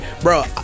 bro